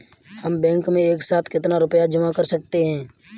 हम बैंक में एक साथ कितना रुपया जमा कर सकते हैं?